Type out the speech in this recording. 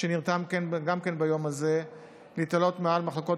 שנרתם כאן ביום הזה להתעלות מעל מחלוקות